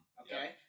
Okay